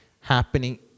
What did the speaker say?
happening